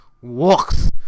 Works